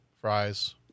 fries